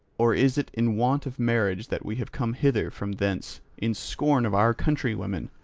or is it in want of marriage that we have come hither from thence, in scorn of our countrywomen?